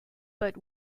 but